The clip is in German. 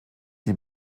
die